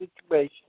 situation